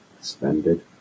suspended